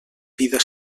vida